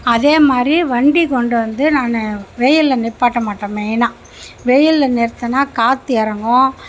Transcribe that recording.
அதேமாதிரி வண்டி கொண்டுவந்து நான் வெயிலில் நிப்பாட்ட மாட்டேன் மெயினாக வெயிலில் நிறுத்தினா காற்று இறங்கும்